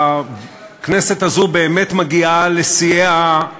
הכנסת הזאת באמת מגיעה לשיאיה,